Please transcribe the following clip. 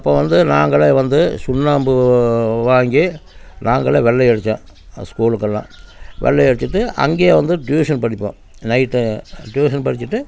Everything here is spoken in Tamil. அப்போ வந்து நாங்களே வந்து சுண்ணாம்பு வாங்கி நாங்களே வெள்ளை அடித்தோம் ஸ்கூலுக்கெல்லாம் வெள்ளை அடிச்சுட்டு அங்கேயே வந்து டியூஷன் படிப்போம் நைட்டு டியூஷன் படிச்சுட்டு